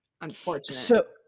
unfortunate